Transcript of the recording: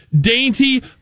dainty